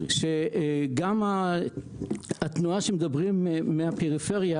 שגם התנועה מהפריפריה,